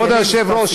כבוד היושב-ראש,